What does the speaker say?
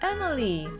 Emily